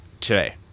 today